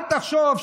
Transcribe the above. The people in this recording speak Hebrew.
אל תחשוב,